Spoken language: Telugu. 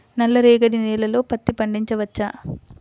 నల్ల రేగడి నేలలో పత్తి పండించవచ్చా?